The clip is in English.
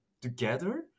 together